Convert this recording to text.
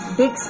big